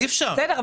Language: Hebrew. זה לא עובד ככה.